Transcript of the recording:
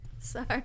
Sorry